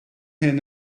hyn